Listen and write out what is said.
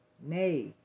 Nay